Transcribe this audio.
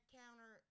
counter